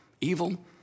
Evil